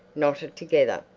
knotted together.